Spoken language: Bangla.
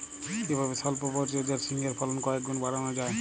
কিভাবে সল্প পরিচর্যায় ঝিঙ্গের ফলন কয়েক গুণ বাড়ানো যায়?